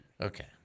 Okay